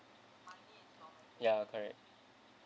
ya correct